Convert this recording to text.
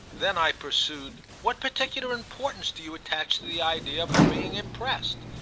then i pursued what particular importance do you attach to the idea of her being impressed?